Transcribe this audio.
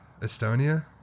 Estonia